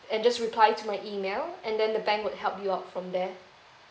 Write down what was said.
and just reply to my email and then the bank would help you up from there